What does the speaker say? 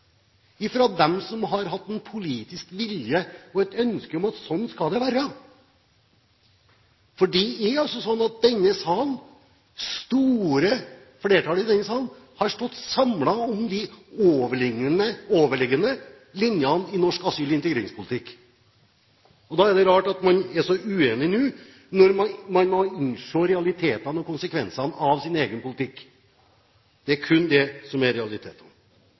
dem som har hatt politisk vilje til det og et ønske om at sånn skal det være. Det er altså slik at det store flertallet i denne salen har stått samlet om de overliggende linjene i norsk asyl- og integreringspolitikk. Da er det rart at man er så uenig nå, når man innser realitetene og konsekvensene av sin egen politikk. Det er kun det som er realiteten.